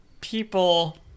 people